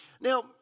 now